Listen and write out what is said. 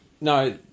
No